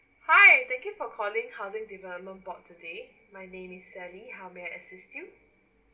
hi thank you for calling housing development board today my name is sally how may I assist you